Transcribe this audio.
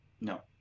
No